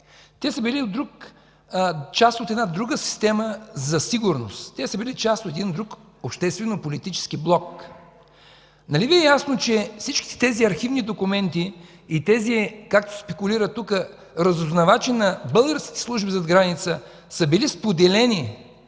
Те са били част от друга система за сигурност. Те са били част от друг обществено-политически блок. Нали Ви е ясно, че всичките тези архивни документи и тези, както се спекулира тук, разузнавачи на българските служби зад граница са били споделени